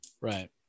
right